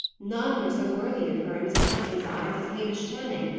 none were so worthy of her, in mr. huntley's eyes, as hamish channing,